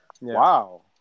Wow